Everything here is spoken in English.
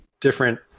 different